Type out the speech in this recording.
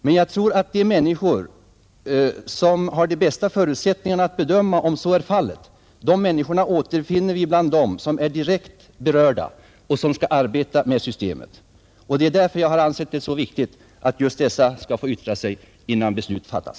Men jag tror att vi finner de människor som har de bästa förutsättningarna att bedöma om så är fallet bland dem som är direkt berörda och som skall arbeta med systemet. Det är därför som jag anser det så viktigt att de skall få yttra sig innan beslut fattas.